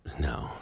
No